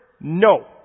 No